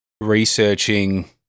researching